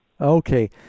Okay